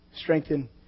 strengthen